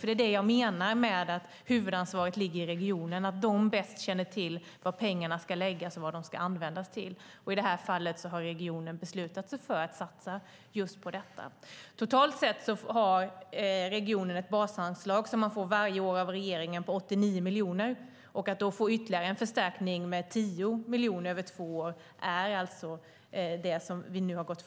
Det är detta jag menar med att huvudansvaret ligger i regionen; regionen känner bäst till var pengarna ska läggas och vad de ska användas till. I detta fall har regionen beslutat sig för att satsa på detta. Totalt sett får regionen ett basanslag på 89 miljoner varje år av regeringen. Vi har nu alltså gått fram med ytterligare en förstärkning med 10 miljoner över två år till åtta län i landet.